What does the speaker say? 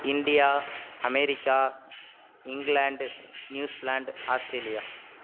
India America England New Zealand Australia